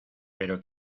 pero